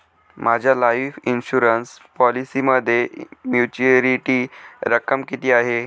माझ्या life insurance पॉलिसीमध्ये maturity रक्कम किती आहे?